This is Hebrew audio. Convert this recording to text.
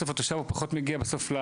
בסוף הדבר פחות מגיע בסוף,